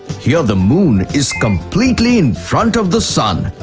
here the moon is completely in front of the sun,